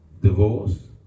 divorce